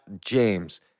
James